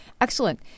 Excellent